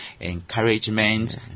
encouragement